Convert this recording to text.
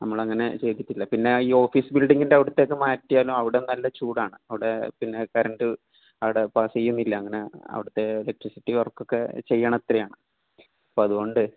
നമ്മളങ്ങനെ ചെയ്തിട്ടില്ല പിന്നെ ഈ ഓഫീസ് ബിൽഡിങ്ങിൻ്റെ അവിടുത്തേക്ക് മാറ്റിയാലും അവിടെയും നല്ല ചൂടാണ് അവിടെ പിന്നെ കറണ്ട് അവിടെ അപ്പോൾ സി എം ഇല്ല അങ്ങനെ അവിടുത്തെ ഇലെക്ട്രിസിറ്റി വർക്കൊക്കെ ചെയ്യാനൊത്തിരിയാണ് അപ്പോൾ അതുകൊണ്ടേ